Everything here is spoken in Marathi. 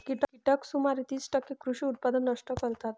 कीटक सुमारे तीस टक्के कृषी उत्पादन नष्ट करतात